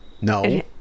No